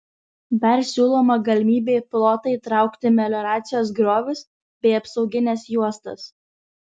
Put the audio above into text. dar siūloma galimybė į plotą įtraukti melioracijos griovius bei apsaugines juostas